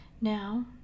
Now